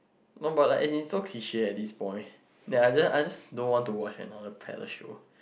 no but like as in so cliche this point that I just I just don't want to watch another palace show